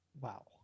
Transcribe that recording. Wow